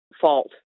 fault